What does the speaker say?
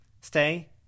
Stay